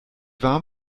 warm